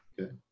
okay